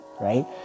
right